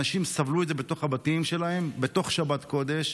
אנשים סבלו את זה בתוך הבתים שלהם בתוך שבת קודש,